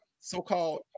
so-called